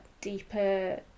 deeper